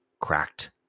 cracked